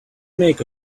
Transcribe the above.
make